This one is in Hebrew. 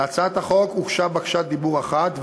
להצעת החוק הוגשה בקשת דיבור אחת,